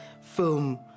film